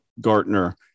Gartner